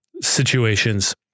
situations